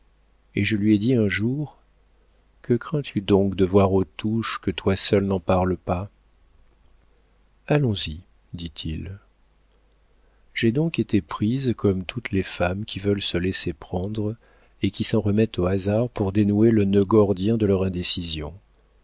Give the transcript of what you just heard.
et je lui ai dit un jour que crains-tu donc de voir aux touches que toi seul n'en parles pas allons-y dit-il j'ai donc été prise comme toutes les femmes qui veulent se laisser prendre et qui s'en remettent au hasard pour dénouer le nœud gordien de leur indécision